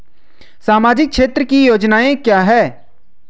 सामाजिक क्षेत्र की योजनाएं क्या हैं?